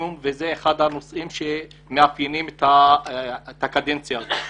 וזה אחד הנושאים שמאפיינים את הקדנציה הזאת.